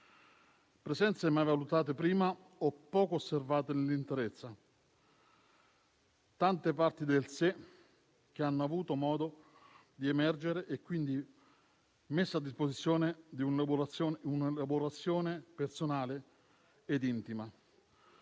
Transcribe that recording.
presenze mai valutate prima o poco osservate nell'interezza, tante parti del sé che hanno avuto modo di emergere e, quindi, sono state messe a disposizione di un'elaborazione personale e intima.